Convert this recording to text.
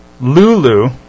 Lulu